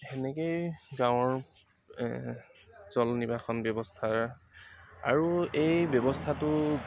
সেনেকেই গাঁৱৰ জল নিৰ্বাশন ব্যৱস্থা আৰু এই ব্যৱস্থাটো